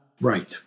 right